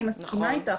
אני מסכימה איתך,